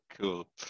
Cool